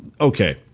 okay